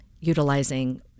utilizing